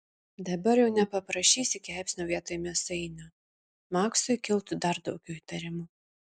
dabar jau nepaprašysi kepsnio vietoj mėsainio maksui kiltų dar daugiau įtarimų